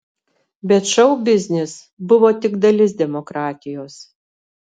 bet šou biznis buvo tik dalis demokratijos